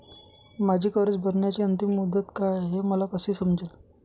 माझी कर्ज भरण्याची अंतिम मुदत काय, हे मला कसे समजेल?